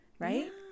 right